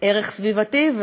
ערך סביבתי,